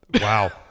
Wow